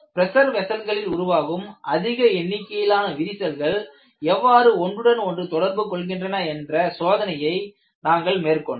pressure வெசல்களில் உருவாகும் அதிக எண்ணிக்கையிலான விரிசல்கள் எவ்வாறு ஒன்றுடன் ஒன்று தொடர்பு கொள்கின்றன என்ற சோதனையை நாங்கள் மேற்கொண்டோம்